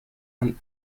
and